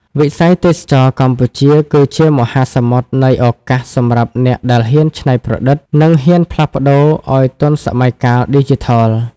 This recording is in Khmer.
វិស័យទេសចរណ៍កម្ពុជាគឺជាមហាសមុទ្រនៃឱកាសសម្រាប់អ្នកដែលហ៊ានច្នៃប្រឌិត និងហ៊ានផ្លាស់ប្តូរឱ្យទាន់សម័យកាលឌីជីថល។